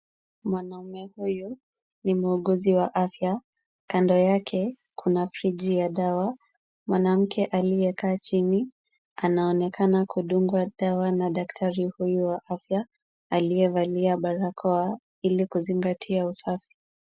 Mwanamme huyu ni muuguzi wa afya. Kando yake kuna friji ya dawa. Mwanamke aliyekaa chini anaonekana kudungwa dawa na daktari huyu wa afya, aliyevalia barakoa ili kuzingatia usafi.